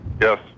yes